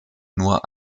nur